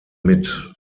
mit